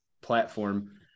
platform